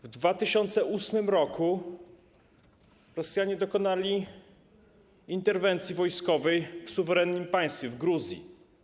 W 2008 r. Rosjanie dokonali interwencji wojskowej w suwerennym państwie, w Gruzji.